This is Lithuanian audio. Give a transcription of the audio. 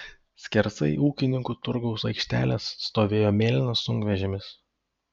skersai ūkininkų turgaus aikštelės stovėjo mėlynas sunkvežimis